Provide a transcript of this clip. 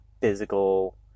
physical